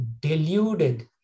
deluded